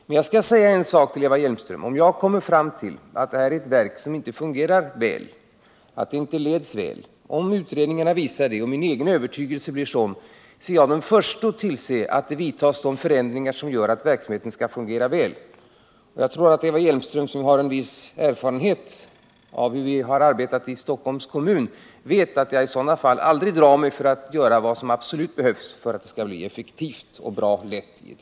Men jag skall framhålla en sak för Eva Hjelmström: Om utredningarna visar att det här är ett verk som inte fungerar väl och min övertygelse blir sådan, så skall jag vara den förste att tillse att det görs förändringar så att verksamheten skall fungera väl. Och jag tror att Eva Hjelmström, som har en viss erfarenhet av hur vi arbetat i Stockholms kommun, vet att jag i sådana fall aldrig drar mig för att göra vad som absolut behövs för att ett verk skall bli effektivt och bra lett.